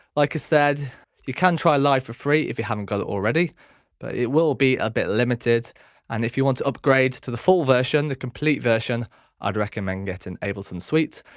like i said you can try live for free if you haven't got it already but it will be a bit limited and if you want to upgrade to the full version the complete version i'd recommend getting ableton suite.